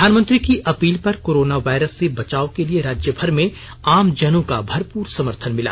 प्रधानमंत्री की अपील पर कोरोना वायरस से बचाव के लिए राज्यभर में आमजनों का भरपूर समर्थन मिला